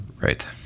Right